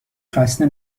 خسته